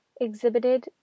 exhibited